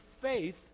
faith